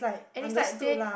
and it's like they